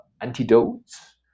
antidotes